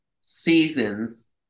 seasons